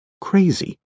crazy